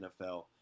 NFL